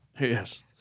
Yes